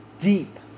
deep